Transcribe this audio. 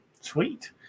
Sweet